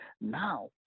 Now